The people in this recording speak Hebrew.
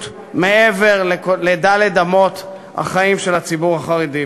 מעבר לד' אמות החיים של הציבור החרדי.